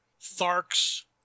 Tharks